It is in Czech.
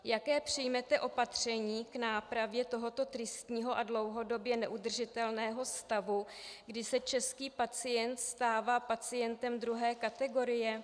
Jaká přijmete opatření k nápravě tohoto tristního a dlouhodobě neudržitelného stavu, kdy se český pacient stává pacientem druhé kategorie?